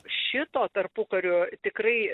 šito tarpukariu tikrai